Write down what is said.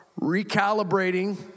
recalibrating